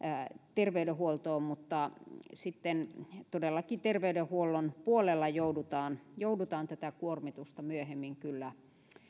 terveydenhuoltoon mutta todellakin terveydenhuollon puolella joudutaan joudutaan tätä kuormitusta myöhemmin kyllä